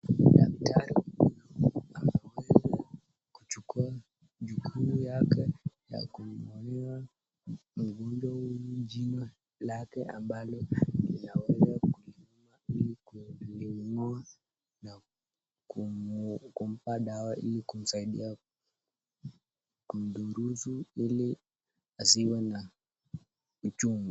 Daktari huyu ameweza kuchukua jukumu yake ya kumwonea mgonjwa huyu jino lake ambalo linaweza kumuuma ili kuling'oa na kumpa dawa ili kumsaidia kumdurusu ili asiwe na uchungu.